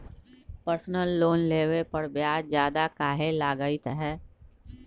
Personal loan लेबे पर ब्याज ज्यादा काहे लागईत है?